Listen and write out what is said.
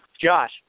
Josh